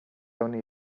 only